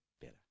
better